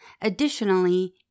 Additionally